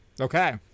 Okay